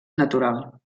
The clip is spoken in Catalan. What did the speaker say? natural